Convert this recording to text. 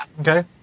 Okay